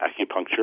acupuncture